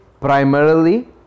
primarily